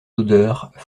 odeurs